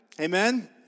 Amen